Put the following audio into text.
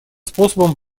способом